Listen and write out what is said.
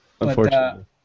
Unfortunately